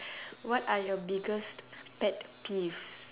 what are your biggest pet peeves